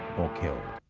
or killed.